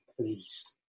pleased